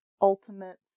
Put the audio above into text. ultimate